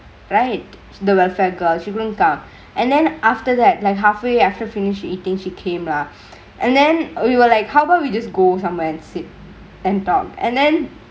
right the welfare godchildren car and then after that like halfway after finish eatingk she came laughed and then we were like cover we just go somewhere and sit and talk and then